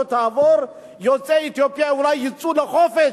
תעבור יוצאי אתיופיה אולי יצאו לחופש,